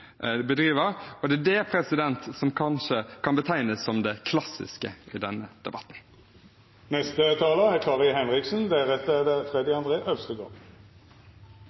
bedriver. Det er det som kanskje kan betegnes som det klassiske ved denne debatten. Noe er